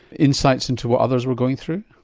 insights into what others were going through?